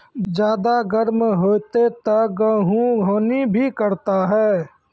ज्यादा गर्म होते ता गेहूँ हनी भी करता है?